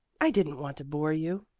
i didn't want to bore you,